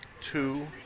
two